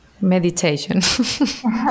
meditation